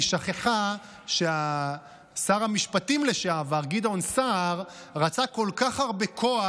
היא שכחה ששר המשפטים לשעבר גדעון סער רצה כל כך הרבה כוח,